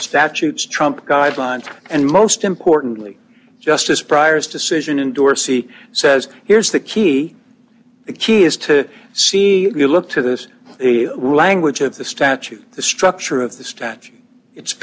statutes trump guidelines and most importantly justice priors decision in dorsey says here's the key the key is to see you look to this the language of the statute the structure of